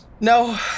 No